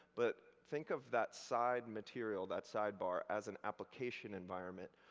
but think of that side material, that sidebar, as an application environment,